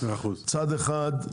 מצד אחד,